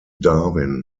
darwin